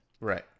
Right